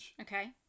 Okay